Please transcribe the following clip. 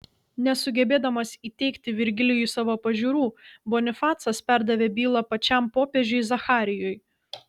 nesugebėdamas įteigti virgilijui savo pažiūrų bonifacas perdavė bylą pačiam popiežiui zacharijui